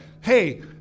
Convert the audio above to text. hey